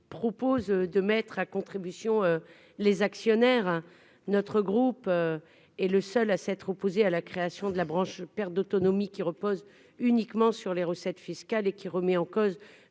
propose de mettre à contribution les actionnaires, notre groupe est le seul à s'être opposé à la création de la branche, perte d'autonomie qui repose uniquement sur les recettes fiscales et qui remet en cause